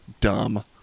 Dumb